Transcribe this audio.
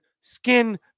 skin